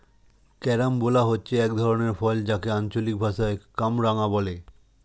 carambola হচ্ছে এক ধরনের ফল যাকে আঞ্চলিক ভাষায় কামরাঙা বলে